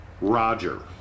Roger